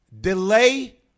Delay